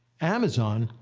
amazon,